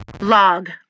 Log